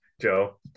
Joe